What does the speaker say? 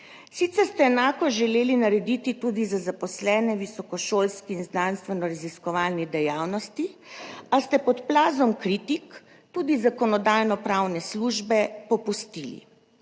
Sicer ste enako želeli narediti tudi za zaposlene v visokošolski in znanstveno-raziskovalni dejavnosti, a ste pod plazom kritik tudi Zakonodajno-pravne službe popustili.